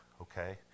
okay